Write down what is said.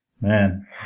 man